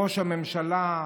ראש הממשלה,